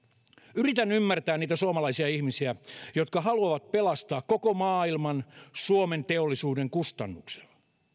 yritän ymmärtää niitä suomalaisia ihmisiä jotka haluavat pelastaa koko maailman suomen teollisuuden kustannuksella